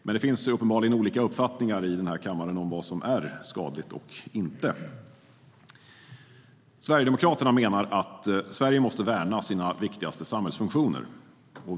Dock finns det uppenbarligen olika uppfattningar i riksdagen om vad som är skadligt och inte. Sverigedemokraterna menar att Sverige måste värna sina viktigaste samhällsfunktioner.